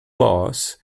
boss